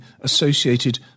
associated